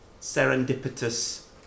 serendipitous